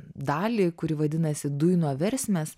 dalį kuri vadinasi dujno versmės